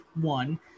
one